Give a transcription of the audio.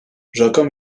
rakam